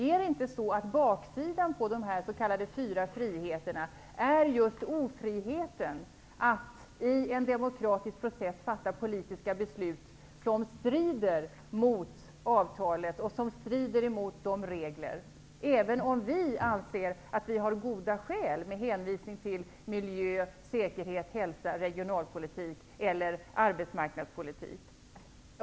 Är inte baksidan av de s.k. fyra friheterna just ofriheten att i en demokratisk process fatta politiska beslut som strider mot avtalet och som strider emot de regler som följer av avtalet, även om vi anser att vi har goda skäl med hänvisning till miljö, säkerhet, hälsa, regionalpolitik eller arbetsmarknadspolitik?